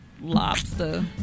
Lobster